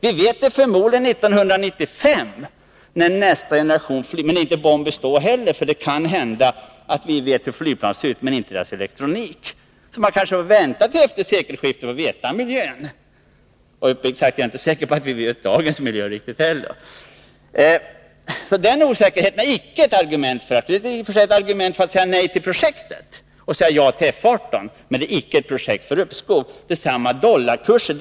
Vi vet det förmodligen 1995, men det är inte helt säkert att vi vet det då heller — då kanske vi vet hur stormakters nya flygplan ser ut men inte deras elektronik. Man kanske också får vänta till efter sekelskiftet för att veta hurudan miljön är då — och uppriktigt sagt är jag inte säker på att vi riktigt vet hur dagens miljö är heller! Osäkerheten på dessa punkter är således inget argument för uppskov — däremot om man så vill för ett nej till projektet och ett ja till F 18. Vidare hänvisas till dollarkursen.